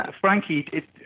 Frankie